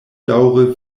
daŭre